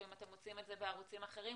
או אם אתם עושים את זה בערוצים אחרים,